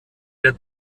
der